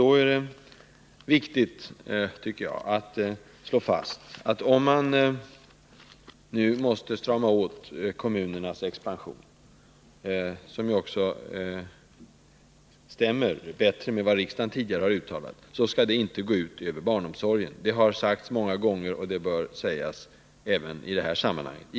Då är det, enligt min mening, viktigt att slå fast, att om man nu måste strama åt kommunernas expansion — vilket stämmer med vad riksdagen har uttalat — skall det inte gå ut över barnomsorgen. Detta har sagts många gånger och bör sägas även i det här sammanhanget.